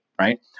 right